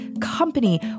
company